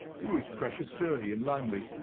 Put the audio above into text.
it was precious dirty and lonely.